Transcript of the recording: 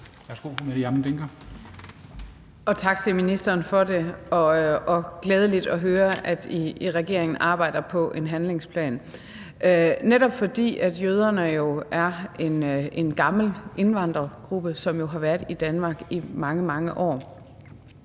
Tak til ministeren. Det er glædeligt at høre, at I i regeringen arbejder på en handlingsplan, netop fordi jøderne jo er en gammel indvandrergruppe, som har været i Danmark i mange, mange år.